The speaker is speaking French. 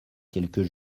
quelques